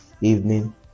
evening